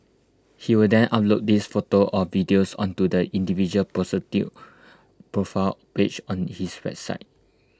he would then upload these photos or videos onto the individual prostitute's profile page on his website